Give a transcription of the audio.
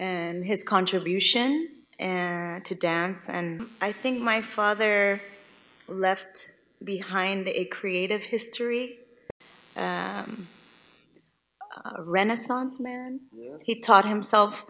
and his contribution and to dance and i think my father left behind a creative history renaissance man he taught himself